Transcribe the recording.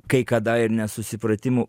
kai kada ir nesusipratimų